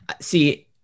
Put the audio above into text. see